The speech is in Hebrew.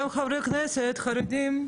גם חברי כנסת חרדים,